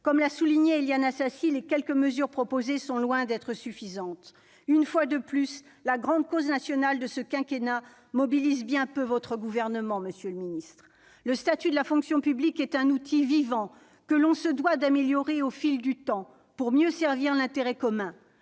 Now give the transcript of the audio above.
Comme l'a souligné Éliane Assassi, les quelques mesures proposées sont loin d'être suffisantes. Une fois de plus, la grande cause nationale de ce quinquennat mobilise bien peu votre gouvernement, monsieur le secrétaire d'État ! Le statut de la fonction publique est un outil vivant que l'on se doit d'améliorer au fil du temps pour mieux servir l'intérêt commun,